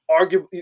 arguably